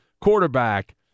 quarterback